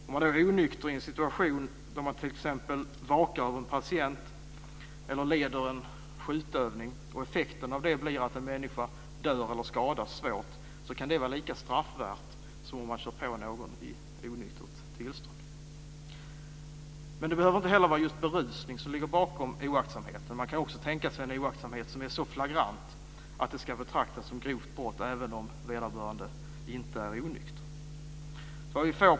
Om man är onykter i en situation då man t.ex. vakar över en patient eller leder en skjutövning och effekten av det blir att en människa dör eller skadas svårt kan det vara lika straffvärt som om man kör på någon i onyktert tillstånd. Men det behöver inte vara just berusning som ligger bakom oaktsamheten. Man kan också tänka sig en oaktsamhet som är så flagrant att den ska betraktas som ett grovt brott även om vederbörande inte är onykter.